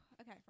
okay